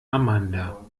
amanda